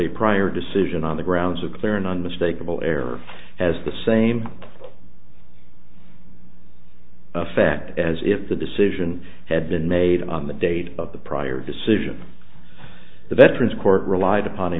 a prior decision on the grounds a clear and unmistakable error has the same effect as if the decision had been made on the date of the prior decision the veterans court relied upon